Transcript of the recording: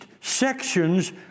sections